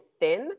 thin